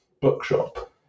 bookshop